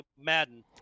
Madden